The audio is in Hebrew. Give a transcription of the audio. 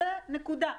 זאת נקודה.